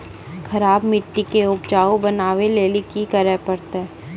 खराब मिट्टी के उपजाऊ बनावे लेली की करे परतै?